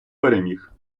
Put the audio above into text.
переміг